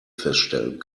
feststellen